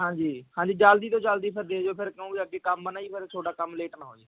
ਹਾਂਜੀ ਹਾਂਜੀ ਜਲਦੀ ਤੋਂ ਜਲਦੀ ਫਿਰ ਦੇ ਜਿਓ ਫੇਰ ਕਿਉਂਕਿ ਅੱਗੇ ਕੰਮ ਆ ਨਾ ਜੀ ਫੇਰ ਤੁਹਾਡਾ ਕੰਮ ਲੇਟ ਨਾ ਹੋਜੇ